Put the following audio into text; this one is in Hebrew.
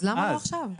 אז למה לא עכשיו?